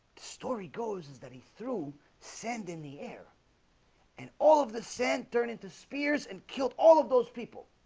the story goes is that he threw sand in the air and all of the sand turned into spears and killed all of those people